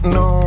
no